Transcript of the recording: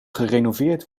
gerenoveerd